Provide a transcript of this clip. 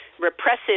repressive